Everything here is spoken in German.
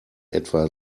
etwa